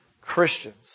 Christians